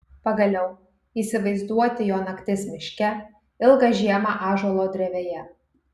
pagaliau įsivaizduoti jo naktis miške ilgą žiemą ąžuolo drevėje